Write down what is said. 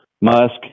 Musk